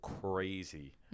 crazy